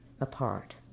apart